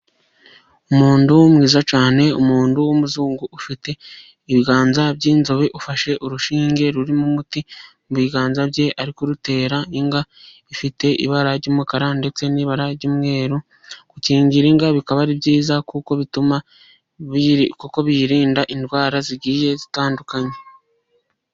Umuntu mwiza cyane, umuntu w’umuzungu ufite ibiganza by’inzobe, ufashe urushinge rurimo umuti mu biganza bye, ari kurutera inka ifite ibara ry’umukara ndetse n’ibara ry’umweru. Gukingira inka bikaba ari byiza kuko biyirinda indwara zigiye zitandukanye.